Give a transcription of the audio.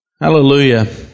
Hallelujah